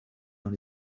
dans